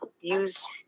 use